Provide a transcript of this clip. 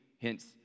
hence